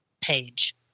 page